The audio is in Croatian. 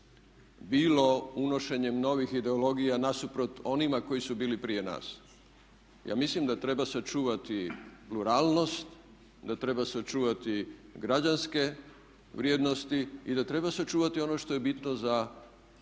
bilo unošenjem novih ideologija nasuprot onima koji su bili prije nas. Ja mislim da treba sačuvati pluralnost, da treba sačuvati građanske vrijednosti i da treba sačuvati ono što je bitno za